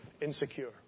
insecure